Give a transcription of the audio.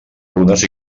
runes